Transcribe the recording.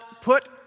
put